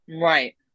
Right